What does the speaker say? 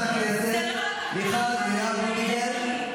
אתה מסכם את הדיון?